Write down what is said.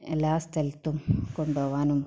എല്ലാ സ്ഥലത്തും കൊണ്ട് പോവാനും